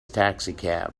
taxicab